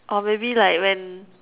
or maybe like when